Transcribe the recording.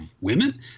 women